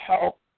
Help